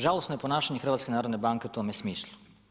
Žalosno je ponašanje HNB-a u tome smislu.